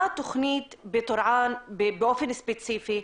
מה התכנית בטורעאן באופן ספציפי.